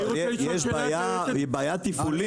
יש בעיה תפעולית,